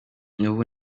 n’ubu